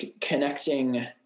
connecting